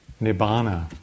nibbana